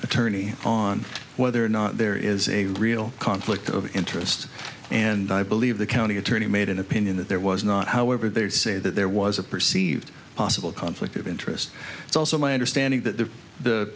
attorney on whether or not there is a real conflict of interest and i believe the county attorney made an opinion that there was not however they say that there was a perceived possible conflict of interest it's also my understanding that the